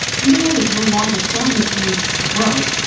even though there's no longer a sewing machine above,